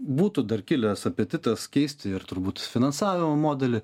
būtų dar kilęs apetitas keisti ir turbūt finansavimo modelį